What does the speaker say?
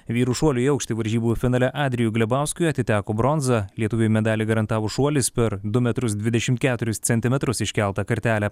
vyrų šuolių į aukštį varžybų finale adrijui glebauskui atiteko bronza lietuviui medalį garantavo šuolis per du metrus dvidešim keturis centimetrus iškeltą kartelę